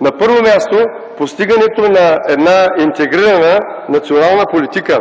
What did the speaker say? На първо място – постигането на една интегрирана национална политика